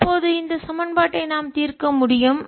இப்போது இந்த சமன்பாட்டை நாம் தீர்க்க முடியும்